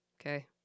Okay